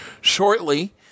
shortly